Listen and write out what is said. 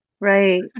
Right